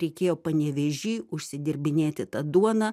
reikėjo panevėžy užsidirbinėti tą duoną